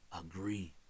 agree